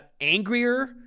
angrier